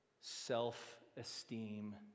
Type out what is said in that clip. self-esteem